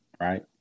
right